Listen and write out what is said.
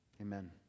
Amen